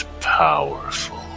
powerful